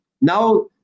Now